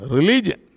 Religion